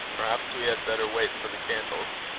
perhaps we had better wait for the candles.